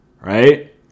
Right